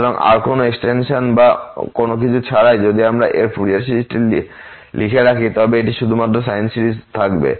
সুতরাং আর কোন এক্সটেনশন বা কোন কিছু ছাড়াই যদি আমরা এর ফুরিয়ার সিরিজটি লিখে রাখি তবে এটি শুধুমাত্র সাইন সিরিজ থাকবে